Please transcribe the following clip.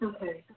Okay